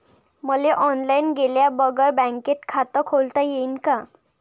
मले ऑनलाईन गेल्या बगर बँकेत खात खोलता येईन का?